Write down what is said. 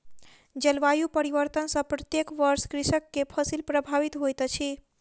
जलवायु परिवर्तन सॅ प्रत्येक वर्ष कृषक के फसिल प्रभावित होइत अछि